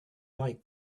like